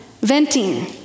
venting